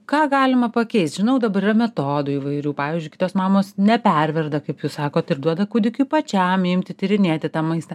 ką galima pakeist žinau dabar yra metodų įvairių pavyzdžiui kitos mamos neperverda kaip jūs sakot ir duoda kūdikiui pačiam imti tyrinėti tą maistą